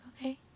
okay